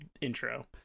intro